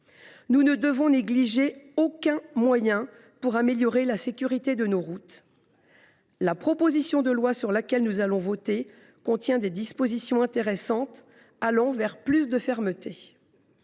Nous ne devons négliger aucun moyen pour améliorer la sécurité de nos routes. La proposition de loi sur laquelle nous sommes amenés à nous prononcer contient des dispositions intéressantes, allant vers plus de fermeté.